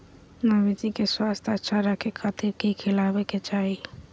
मवेसी के स्वास्थ्य अच्छा रखे खातिर की खिलावे के चाही?